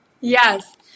yes